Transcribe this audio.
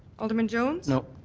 alderman jones? no.